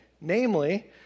namely